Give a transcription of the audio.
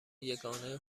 یگانه